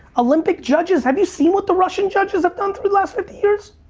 olympic judges, have you seen what the russian judges have done through the last fifty years?